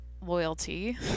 Loyalty